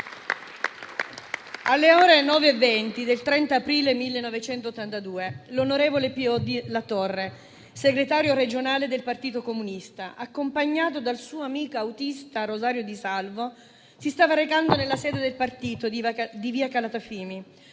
Alle ore 9,20 del 30 aprile 1982, l'onorevole Pio La Torre, segretario regionale del Partito Comunista, accompagnato dal suo amico autista Rosario Di Salvo, si stava recando nella sede del partito di Corso Calatafimi